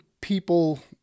people